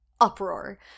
uproar